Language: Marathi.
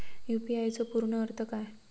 यू.पी.आय चो पूर्ण अर्थ काय?